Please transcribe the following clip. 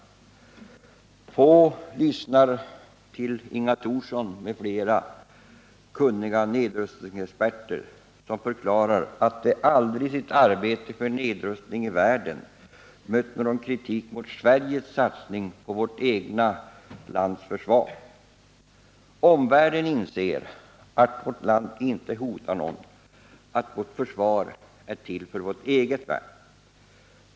Få lyssnar till Inga Thorsson och andra kunniga nedrustningsexperter, som förklarar att de aldrig i sitt arbete för nedrustning i världen mött någon kritik mot Sveriges satsningar på vårt eget lands försvar. Omvärlden inser att vårt land inte hotar någon och att vårt försvar är till för vårt eget värn.